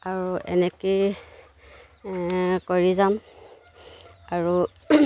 আৰু এনেকৈয়ে কৰি যাম আৰু